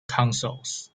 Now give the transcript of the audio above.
consoles